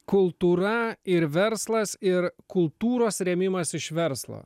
kultūra ir verslas ir kultūros rėmimas iš verslo